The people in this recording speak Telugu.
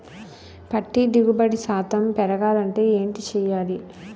పత్తి దిగుబడి శాతం పెరగాలంటే ఏంటి చేయాలి?